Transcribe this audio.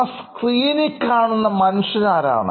ആ സ്ക്രീനിൽ കാണുന്ന മനുഷ്യൻ ആരാണ്